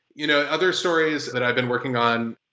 you know other stories that i've been working on,